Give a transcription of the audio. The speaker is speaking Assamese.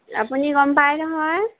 আপুনি গম পাই নহয়